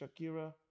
Shakira